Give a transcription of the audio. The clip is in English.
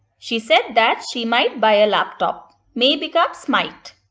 she said that she might buy a laptop. may becomes might.